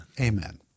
Amen